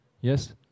Yes